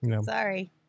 Sorry